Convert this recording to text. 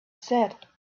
said